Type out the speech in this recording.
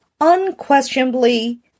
unquestionably